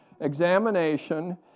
examination